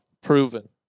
Proven